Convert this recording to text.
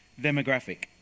demographic